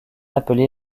appelée